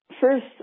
First